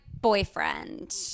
boyfriend